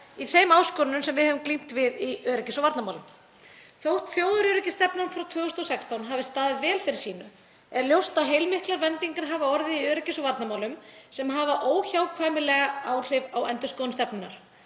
í þeim áskorunum sem við höfum glímt við í öryggis- og varnarmálum. Þótt þjóðaröryggisstefnan frá 2016 hafi staðið vel fyrir sínu er ljóst að heilmiklar vendingar hafa orðið í öryggis- og varnarmálum sem hafa óhjákvæmilega áhrif á endurskoðun stefnunnar.